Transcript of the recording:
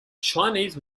chinese